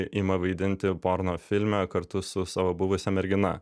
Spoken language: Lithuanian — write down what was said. ima vaidinti porno filme kartu su savo buvusia mergina